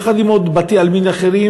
יחד עם עוד בתי-עלמין אחרים.